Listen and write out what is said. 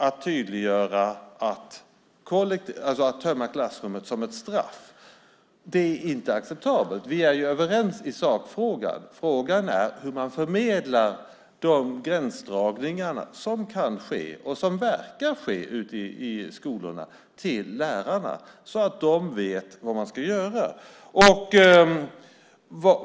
Att tömma klassrummet som ett straff är inte acceptabelt. Vi är överens i sakfrågan. Frågan är hur man förmedlar de gränsdragningar som kan ske och som verkar ske ute i skolorna till lärarna, så att de vet vad de ska göra.